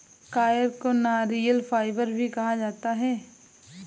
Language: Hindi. कॉयर को नारियल फाइबर भी कहा जाता है